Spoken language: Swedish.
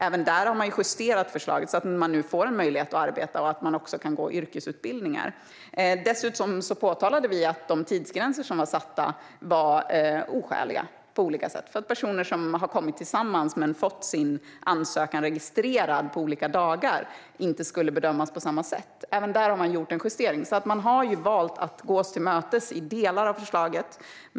Även där har man justerat förslaget, så att de nu får en möjlighet att arbeta och också kan gå yrkesutbildningar. Dessutom påtalade vi att de tidsgränser som var satta var oskäliga på flera sätt, till exempel genom att personer som har kommit tillsammans men fått sina ansökningar registrerade på olika dagar inte skulle bedömas på samma sätt. Även där har man gjort en justering. Man har alltså valt att gå oss till mötes i delar av förslaget.